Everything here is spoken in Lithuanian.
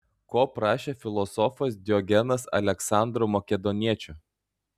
ko prašė filosofas diogenas aleksandro makedoniečio